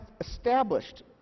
established